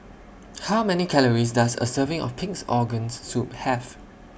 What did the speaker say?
How Many Calories Does A Serving of Pig'S Organ Soup Have